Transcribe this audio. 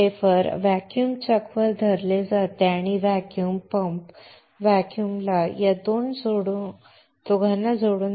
wafer vacuum chuck वर धरले जाते आणि हे व्हॅक्यूम व्हॅक्यूम पंप ला या दोघांना जोडून तयार केले जाते